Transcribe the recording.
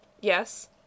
Yes